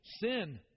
Sin